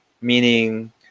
meaning